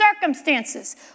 circumstances